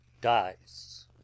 dies